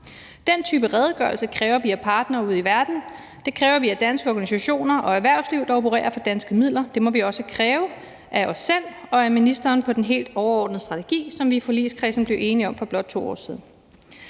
Den type redegørelse kræver, at vi har partnere ude i verden. Det kræver, at vi har danske organisationer og et dansk erhvervsliv, der opererer for danske midler. Det må vi også kræve af os selv og af ministeren, hvad angår den helt overordnede strategi, som vi i forligskredsen blev enige om for blot 2 år siden.